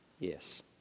Yes